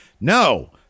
No